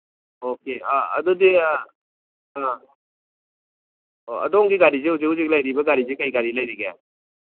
okay ꯑꯗꯨꯗꯤ ꯑꯥ ꯑꯣ ꯑꯗꯣꯝꯒꯤ ꯒꯥꯔꯤꯁꯦ ꯍꯧꯖꯤꯛ ꯍꯧꯖꯤꯛ ꯂꯩꯔꯤꯕ ꯒꯥꯔꯤꯁꯦ ꯀꯔꯤ ꯒꯥꯔꯤ ꯂꯩꯔꯤꯒꯦ